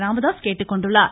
ராமதாஸ் கேட்டுக்கொண்டுள்ளார்